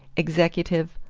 executive,